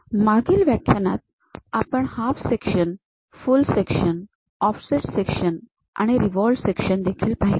मागील व्याख्यानात आपण half section full section offset section आणि रिव्हॉल्व्हड सेक्शन देखील पहिले